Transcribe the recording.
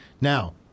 Now